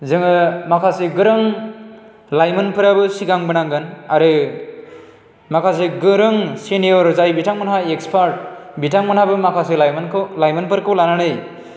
जोङो माखासे गोरों लाइमोनफ्राबो सिगां बोनांगोन आरो माखासे गोरों सेनियर जाय बिथांमोनहा एक्सफार्द बिथांमोनहाबो माखासे लाइमानखौ लाइमोन फोरखौ लानानै